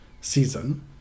season